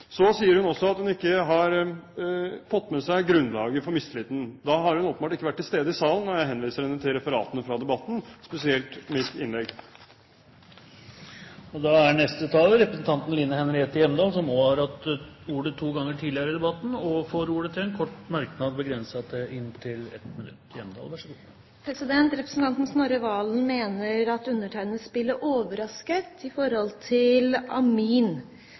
Så sier hun også at hun ikke har fått med seg grunnlaget for mistilliten. Da har hun åpenbart ikke vært til stede i salen. Jeg henviser henne til referatene fra debatten, spesielt mitt innlegg. Representanten Line Henriette Hjemdal har også hatt ordet to ganger tidligere og får ordet til en kort merknad, begrenset til 1 minutt. Representanten Snorre Serigstad Valen mener at undertegnede spiller overrasket når det gjelder amin. For det første driver ikke Kristelig Folkeparti noe spill i